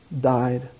died